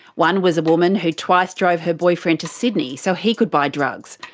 one was a woman who twice drove her boyfriend to sydney so he could buy drugs.